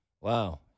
Wow